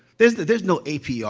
there's there's no apr.